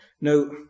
Now